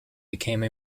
became